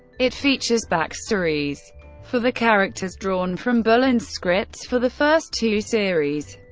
it features backstories for the characters, drawn from bullen's scripts for the first two series.